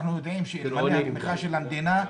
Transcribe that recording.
אנחנו יודעים שאלמלא התמיכה של המדינה,